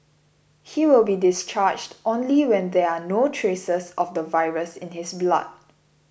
he will be discharged only when there are no traces of the virus in his blood